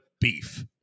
beef